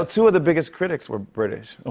ah two of the biggest critics were british. oh,